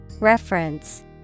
Reference